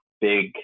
big